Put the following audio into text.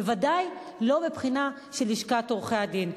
בוודאי לא בבחינה של לשכת עורכי-הדין.